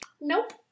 nope